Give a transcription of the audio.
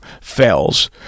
fails